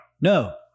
No